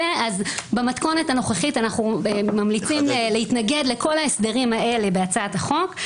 במתכונת הנוכחית אנחנו ממליצים להתנגד לכל ההסדרים האלה בהצעת החוק.